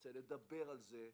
נרצה לדבר על זה,